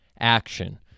action